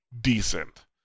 decent